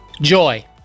Joy